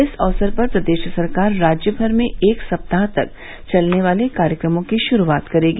इस अवसर पर प्रदेश सरकार राज्य भर में एक सप्ताह तक चलने वाले कार्यक्रमों की शुरूआत करेगी